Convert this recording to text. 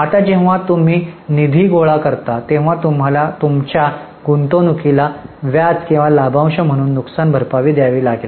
आता जेव्हा तुम्ही निधी गोळा करता तेव्हा तुम्हाला तुमच्या गुंतवणुकीला व्याज किंवा लाभांश म्हणून नुकसानभरपाई द्यावी लागेल